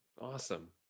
Awesome